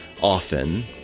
often